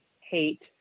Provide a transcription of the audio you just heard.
hate